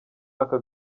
aka